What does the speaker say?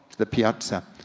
the piazza.